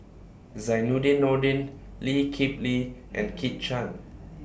Zainudin Nordin Lee Kip Lee and Kit Chan